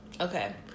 Okay